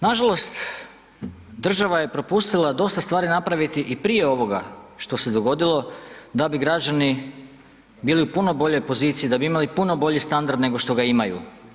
Nažalost, država je propustila dosta stvari napraviti i prije ovoga što se dogodilo da bi građani bili u puno boljoj poziciji, da bi imali puno bolji standard nego što ga imaju.